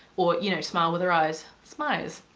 or you know smile with her eyes. smize!